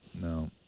No